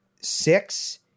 six